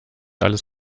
alles